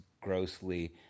grossly